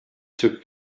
took